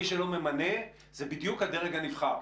מי שלא ממנה זה בדיוק הדרג הנבחר.